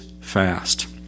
fast